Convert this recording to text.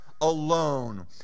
alone